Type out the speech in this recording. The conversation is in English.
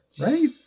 right